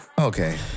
Okay